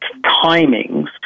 timings